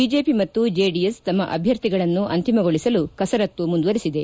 BJP ಮತ್ತು JDS ತಮ್ಮ ಅಭ್ಯರ್ಥಿಗಳನ್ನು ಅಂತಿಮಗೊಳಿಸಲು ಕಸರತ್ತು ಮುಂದುವರಿಸಿದೆ